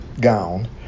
gown